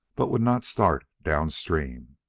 but would not start down-stream.